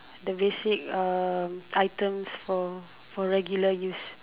the basic uh items for for regular use